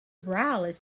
raleigh